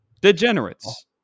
Degenerates